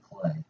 play